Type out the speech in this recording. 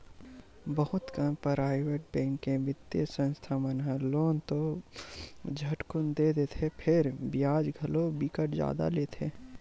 बहुत कन private bank के बित्तीय संस्था मन ह लोन तो झटकुन दे देथे फेर बियाज घलो बिकट जादा लेथे